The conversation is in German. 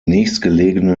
nächstgelegene